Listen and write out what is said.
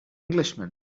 englishman